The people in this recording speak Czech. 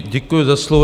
Děkuji za slovo.